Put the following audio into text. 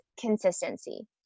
consistency